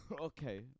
okay